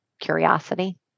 curiosity